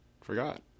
forgot